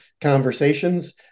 conversations